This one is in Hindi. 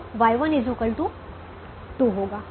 तो Y1 2 होगा